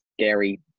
scary